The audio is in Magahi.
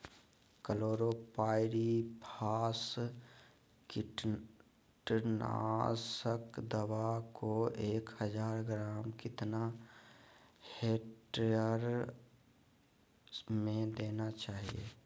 क्लोरोपाइरीफास कीटनाशक दवा को एक हज़ार ग्राम कितना हेक्टेयर में देना चाहिए?